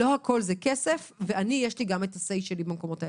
לא הכול זה כסף ויש לי מה לומר במקומות האלה.